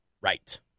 Right